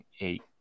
eight